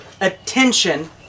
attention